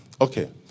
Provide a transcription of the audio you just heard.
Okay